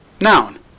Noun